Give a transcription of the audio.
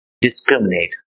discriminate